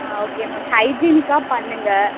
ஆ okay ma'am ஹைஜீனிக்காக பண்ணுங்கள்